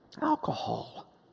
alcohol